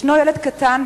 יש ילד קטן,